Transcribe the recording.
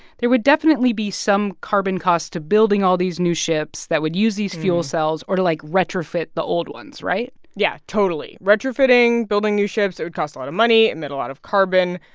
there would definitely be some carbon costs to building all these new ships that would use these fuel cells or to, like, retrofit the old ones, right? yeah, totally. retrofitting, building new ships, it would cost a lot of money, emit a lot of carbon.